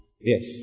Yes